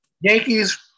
Yankees